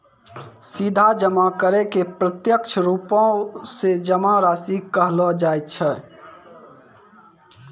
सीधा जमा करै के प्रत्यक्ष रुपो से जमा राशि कहलो जाय छै